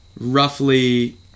roughly